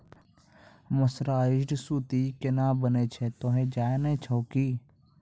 mercerised सूती केना बनै छै तोहों जाने छौ कि